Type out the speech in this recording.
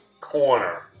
corner